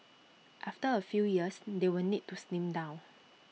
after A few years they will need to slim down